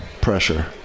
Pressure